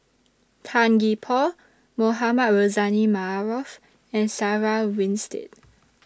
Tan Gee Paw Mohamed Rozani Maarof and Sarah Winstedt